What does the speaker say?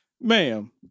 Ma'am